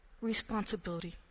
responsibility